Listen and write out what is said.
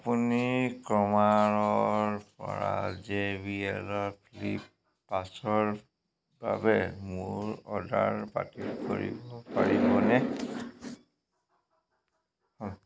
আপুনি ক্ৰোমাৰ পৰা জে বি এল ৰ ফ্লিপ পাঁচৰ বাবে মোৰ অৰ্ডাৰ বাতিল কৰিব পাৰিবনে